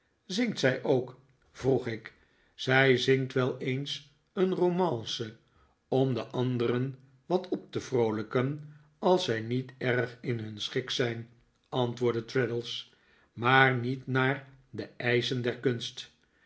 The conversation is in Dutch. zingt zij ook vroeg ik zij zingt wel eens een romance om de anderen wat op te vroolijken als zij niet erg in hun schik zijn antwoordde traddles maar niet naar de eischen der kunst